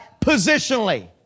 positionally